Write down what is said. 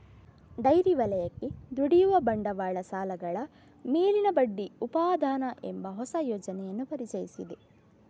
dairy ವಲಯಕ್ಕೆ ದುಡಿಯುವ ಬಂಡವಾಳ ಸಾಲಗಳ ಮೇಲಿನ ಬಡ್ಡಿ ಉಪಾದಾನ ಎಂಬ ಹೊಸ ಯೋಜನೆಯನ್ನು ಪರಿಚಯಿಸಿದೆ